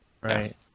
Right